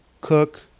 cook